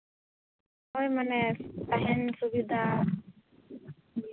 ᱦᱳᱭ ᱢᱟᱱᱮ ᱛᱟᱦᱮᱱ ᱥᱩᱵᱤᱫᱟ